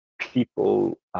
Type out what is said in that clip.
people